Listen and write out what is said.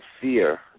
fear